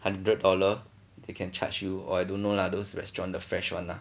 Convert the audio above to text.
hundred dollar they can charge you or I don't know lah those restaurant the fresh one ah